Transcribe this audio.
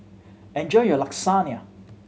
enjoy your Lasagne